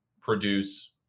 produce